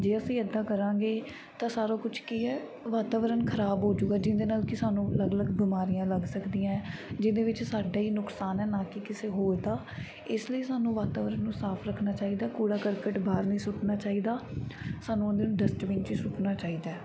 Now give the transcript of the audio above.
ਜੇ ਅਸੀਂ ਇੱਦਾਂ ਕਰਾਂਗੇ ਤਾਂ ਸਾਰਾ ਕੁਛ ਕੀ ਹੈ ਵਾਤਾਵਰਨ ਖ਼ਰਾਬ ਹੋ ਜਾਊਗਾ ਜਿਹਦੇ ਨਾਲ ਕਿ ਸਾਨੂੰ ਅਲੱਗ ਅਲੱਗ ਬਿਮਾਰੀਆਂ ਲੱਗ ਸਕਦੀਆਂ ਜਿਹਦੇ ਵਿੱਚ ਸਾਡਾ ਹੀ ਨੁਕਸਾਨ ਹੈ ਨਾ ਕਿ ਕਿਸੇ ਹੋਰ ਦਾ ਇਸ ਲਈ ਸਾਨੂੰ ਵਾਤਾਵਰਨ ਨੂੰ ਸਾਫ਼ ਰੱਖਣਾ ਚਾਹੀਦਾ ਕੂੜਾ ਕਰਕਟ ਬਾਹਰ ਨਹੀਂ ਸੁੱਟਣਾ ਚਾਹੀਦਾ ਸਾਨੂੰ ਉਸ ਨੂੰ ਡਸਟਬਿਨ 'ਚ ਹੀ ਸੁੱਟਣਾ ਚਾਹੀਦਾ